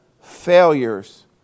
failures